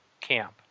camp